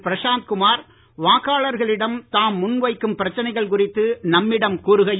பிராசாந்த் குமார் வாக்களர்களிடம் தாம் முன் வைக்கும் பிரச்சனைகள் குறித்து நம்மிடம் கூறுகையில்